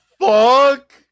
fuck